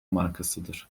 markasıdır